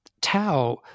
tau